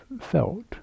felt